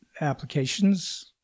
applications